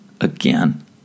Again